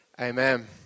Amen